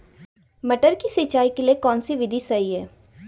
मटर की सिंचाई के लिए कौन सी विधि सही है?